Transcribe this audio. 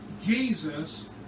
Jesus